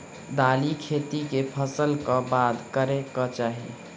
दालि खेती केँ फसल कऽ बाद करै कऽ चाहि?